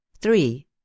Three